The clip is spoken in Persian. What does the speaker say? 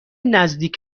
نزدیک